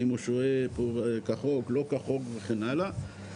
האם הוא שוהה פה כחוק או לא כחוק וכן הלאה.